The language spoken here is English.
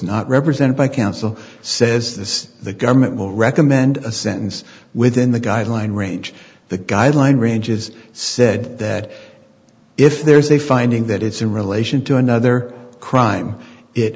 not represented by counsel says this the government will recommend a sentence within the guideline range the guideline range is said that if there is a finding that it's in relation to another crime it